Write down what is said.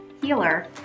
healer